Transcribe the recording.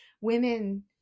women